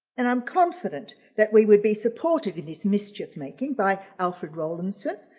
and i'm confident that we would be supportive in this mischief-making by alfred rowlandson,